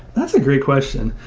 that's a great question.